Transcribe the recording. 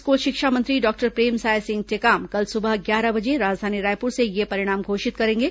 school शिक्षा मंत्री doctor Premsai Singh Tekam कल सुबह ग्यारह बजे राजधानी रायपुर से यह परिणाम घोषित करेंगे